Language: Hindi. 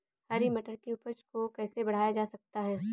हरी मटर की उपज को कैसे बढ़ाया जा सकता है?